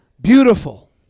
beautiful